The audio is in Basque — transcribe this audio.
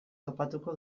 topatuko